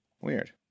Weird